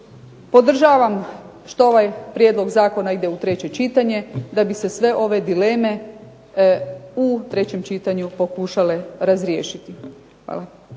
podržavam što ovaj prijedlog zakona ide u treće čitanje da bi se sve ove dileme u trećem čitanju pokušale razriješiti. Hvala.